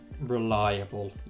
reliable